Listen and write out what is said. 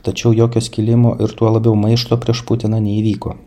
tačiau jokio skilimo ir tuo labiau maišto prieš putiną neįvyko